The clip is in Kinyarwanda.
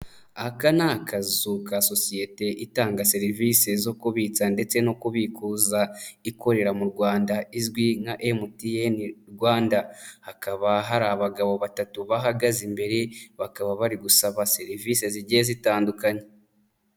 Aka ni akazu ka sosiyete itanga serivisi zo kubitsa ndetse no kubikuza ikorera mu Rwanda izwi nka Emutiyeni Rwanda. Hakaba hari abagabo batatu bahagaze imbere, bakaba bari gusaba serivise zigiye zitandukanye.